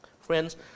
Friends